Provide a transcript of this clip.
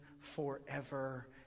forever